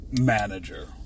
manager